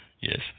Yes